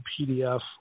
PDF